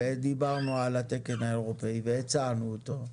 ודיברנו על התקן האירופאי והצענו אותו.